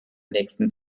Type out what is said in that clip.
nächsten